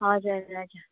हजुर हजुर